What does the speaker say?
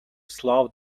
slow